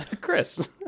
Chris